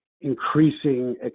increasing